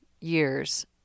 years